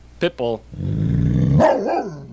Pitbull